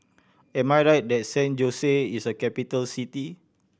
am I right that San Jose is a capital city